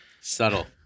Subtle